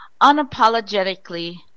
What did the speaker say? Unapologetically